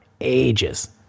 ages